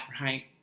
right